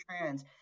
trans